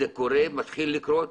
זה קורה ומתחיל לקרות.